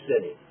City